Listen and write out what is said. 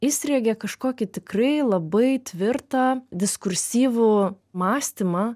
įsriegė kažkokį tikrai labai tvirtą diskursyvų mąstymą